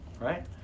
right